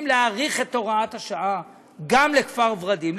להאריך את הוראת השעה גם לכפר ורדים,